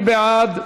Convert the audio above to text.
מי בעד?